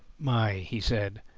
my! he said,